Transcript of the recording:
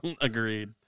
agreed